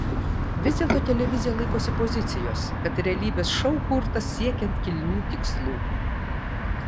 vis dėlto televizija laikosi pozicijos kad realybės šou kurtas siekiant kilnių tikslų